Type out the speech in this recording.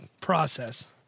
process